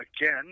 again